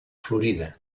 florida